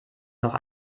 noch